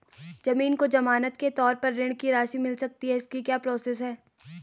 ज़मीन को ज़मानत के तौर पर ऋण की राशि मिल सकती है इसकी क्या प्रोसेस है?